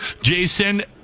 Jason